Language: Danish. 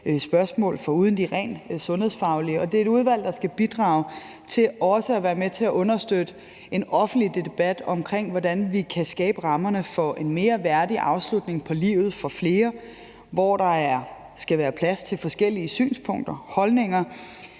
spørgsmål foruden de rent sundhedsfaglige. Det er et udvalg, der skal bidrage til også at være med til at understøtte en offentlig debat omkring, hvordan vi kan skabe rammerne for en mere værdig afslutning på livet for flere, hvor der skal være plads til forskellige synspunkter og holdninger.